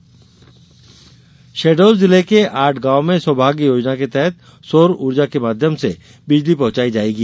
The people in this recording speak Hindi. सौभाग्य योजना शहडोल जिले के आठ गांव में सौभाग्य योजना के तहत सौर ऊर्जा के माध्यम से बिजली पहुंचायी जाएगी